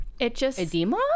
Edema